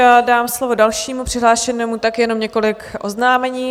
Než dám slovo dalšímu přihlášenému, jenom několik oznámení.